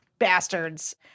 bastards